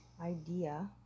idea